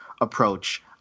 approach